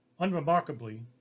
Unremarkably